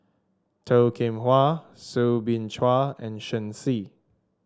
Toh Kim Hwa Soo Bin Chua and Shen Xi